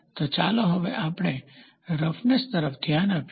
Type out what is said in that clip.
તો ચાલો હવે આપણે રફનેસ તરફ ધ્યાન આપીએ